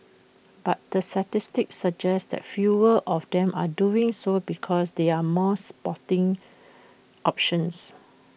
but the statistics suggest that fewer of them are doing so because there are more sporting options